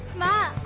match